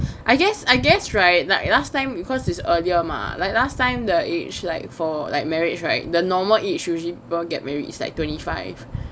I guess I guess right like last time because is earlier mah like last time the age like for like marriage right the normal age usually people will get married is like twenty five